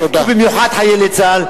ובמיוחד את חיילי צה"ל,